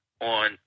on